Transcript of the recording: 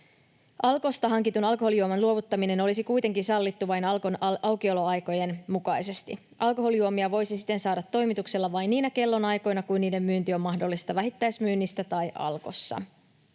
Alkosta hankitun alkoholijuoman luovuttaminen olisi kuitenkin sallittu vain Alkon aukioloaikojen mukaisesti. Alkoholijuomia voisi siten saada toimituksella vain niinä kellonaikoina kuin niiden myynti on mahdollista vähittäismyynnissä tai Alkossa.